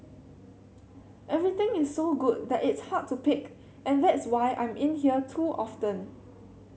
everything is so good that it's hard to pick and that's why I'm in here too often